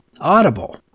Audible